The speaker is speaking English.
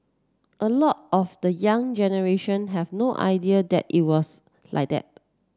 a lot of the young generation have no idea that it was like that